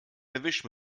erwischt